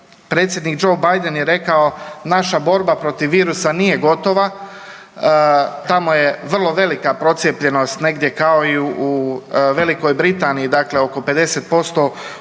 predsjednik Joe Biden je rekao naša borba protiv virusa nije gotova. Tamo je vrlo velika procijepljenost, negdje kao i u Velikoj Britaniji, dakle oko 50% ukupnog